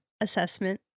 assessment